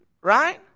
right